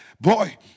Boy